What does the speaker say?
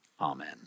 Amen